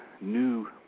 new